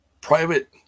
Private